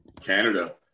Canada